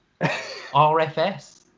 RFS